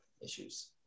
issues